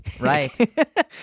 Right